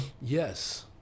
Yes